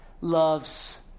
loves